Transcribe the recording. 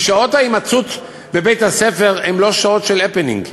כי שעות ההימצאות בבית-הספר הן לא שעות של הפנינג.